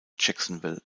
jacksonville